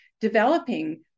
developing